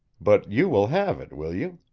but you will have it, will you?